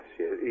yes